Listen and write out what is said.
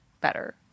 better